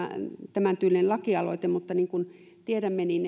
tämäntyylinen lakialoite mutta niin kuin tiedämme